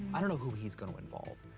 i don't know he's going to involve.